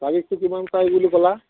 তাৰিখটো কিমান তাৰিখ বুলি ক'লা